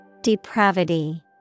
Depravity